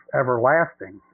everlasting